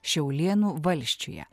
šiaulėnų valsčiuje